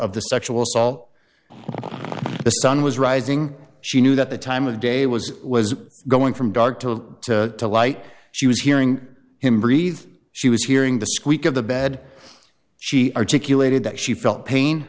of the sexual assault the sun was rising she knew that the time of day was it was going from dark to the light she was hearing him breathe she was hearing the squeak of the bed she articulated that she felt pain